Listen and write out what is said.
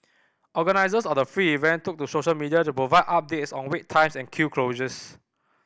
organisers of the free event took to social media to provide updates on wait times and queue closures